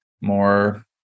more